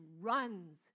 runs